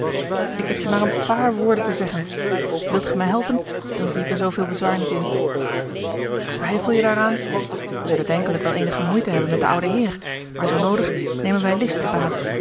ik heb je maar een paar woorden te zeggen wilt gij mij helpen dan zie ik er zooveel bezwaar niet in twijfel je daaraan wij zullen denkelijk wel eenige moeite hebben met den ouden heer maar zoo noodig nemen wij list